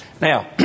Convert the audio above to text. Now